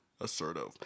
assertive